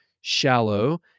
shallow